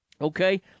Okay